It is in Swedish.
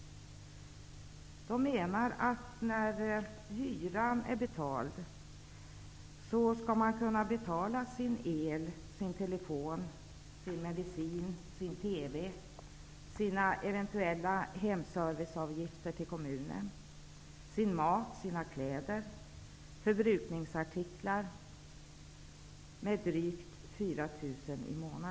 De menar att sedan hyran är betald skall man med drygt 4 000 kr i månaden kunna betala sin el, sin telefon, sin medicin, sin TV, sina eventuella hemserviceavgifter till kommunen, sin mat, sina kläder och sina förbrukningsartiklar.